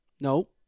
No